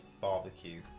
barbecue